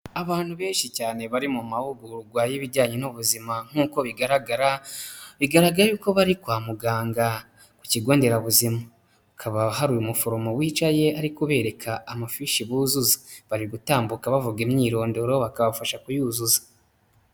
Abantu benshi cyane bari mu mahugurwa y'ibijyanye n'ubuzima nk'uko bigaragara, bigaragaye yuko bari kwa muganga ku kigo nderabuzima, hakaba hari umuforomo wicaye ari kubereka amafishi buzuza, bari gutambuka bavuga imyirondoro bakabafasha kuyuzuza.